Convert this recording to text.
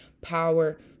power